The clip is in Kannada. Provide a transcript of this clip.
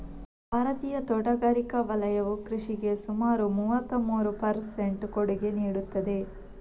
ಭಾರತೀಯ ತೋಟಗಾರಿಕಾ ವಲಯವು ಕೃಷಿಗೆ ಸುಮಾರು ಮೂವತ್ತಮೂರು ಪರ್ ಸೆಂಟ್ ಕೊಡುಗೆ ನೀಡುತ್ತದೆ